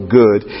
good